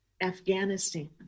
Afghanistan